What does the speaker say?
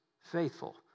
faithful